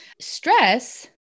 stress